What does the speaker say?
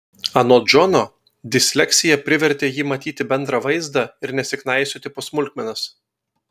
anot džono disleksija privertė jį matyti bendrą vaizdą ir nesiknaisioti po smulkmenas